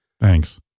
Thanks